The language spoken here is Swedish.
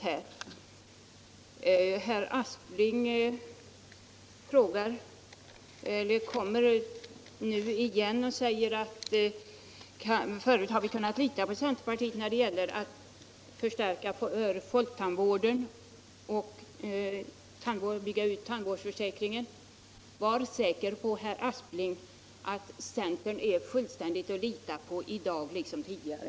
Herr Aspling kommer nu tillbaka och säger: Förut har vi kunnat lita på centerpartiet när det gäller att förstärka folktandvården och att bygga ut tandvårdsförsäkringen. Var säker på, herr Aspling, att centern är fullständigt att lita på — i dag liksom tidigare!